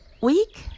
week